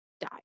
die